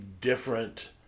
different